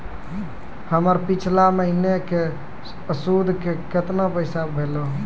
हमर पिछला महीने के सुध के केतना पैसा भेलौ?